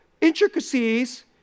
intricacies